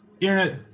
internet